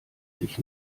sich